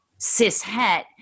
cishet